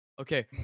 Okay